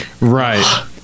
right